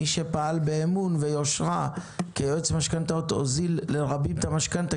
מי שפעל באמון ויושרה כיועץ משכנתאות הוזיל לרבים את המשכנתא